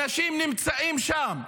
אנשים נמצאים שם,